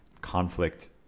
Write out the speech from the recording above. conflict